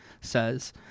says